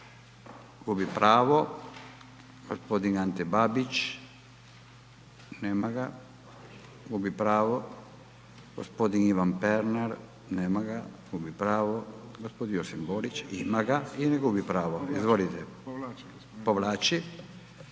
Gubi pravo. G. Ante Babić, nema ga, gubi pravo. G. Ivan Pernar, nema ga, gubi pravo. G. Josip Borić, ima ga i ne gubi pravo. Izvolite. Povlači.